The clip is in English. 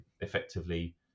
effectively